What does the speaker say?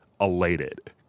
elated